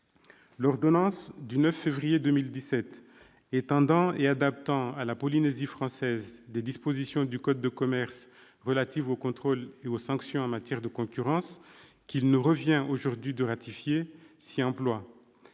L'ordonnance du 9 février 2017 étendant et adaptant à la Polynésie française des dispositions du code de commerce relatives aux contrôles et aux sanctions en matière de concurrence, qu'il nous revient aujourd'hui de ratifier, s'y emploie.